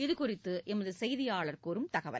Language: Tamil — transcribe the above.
இதுகுறித்துஎமதுசெய்தியாளர் தரும் தகவல்